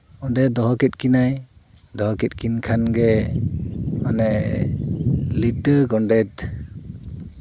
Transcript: ᱚᱸᱰᱮ ᱫᱚᱦᱚ ᱠᱮᱜ ᱠᱤᱱᱟᱭ ᱫᱚᱦᱚ ᱠᱮᱜ ᱠᱤᱱ ᱠᱷᱟᱱᱜᱮ ᱢᱟᱱᱮ ᱞᱤᱴᱟᱹ ᱜᱳᱰᱮᱛ